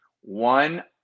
one